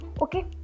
Okay